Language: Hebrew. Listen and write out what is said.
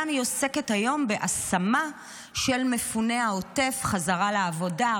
היא עוסקת היום גם בהשמה של מפוני העוטף חזרה לעבודה.